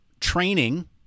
training